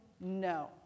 no